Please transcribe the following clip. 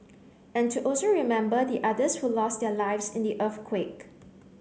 and to also remember the others who lost their lives in the earthquake